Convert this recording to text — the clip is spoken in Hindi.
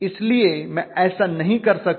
इसलिए मैं ऐसा नहीं कर सकता